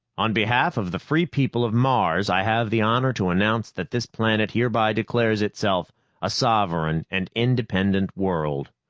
on behalf of the free people of mars, i have the honor to announce that this planet hereby declares itself a sovereign and independent world.